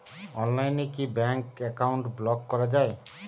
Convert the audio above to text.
অনলাইনে কি bank account block করা য়ায়?